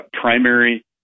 primary